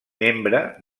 membre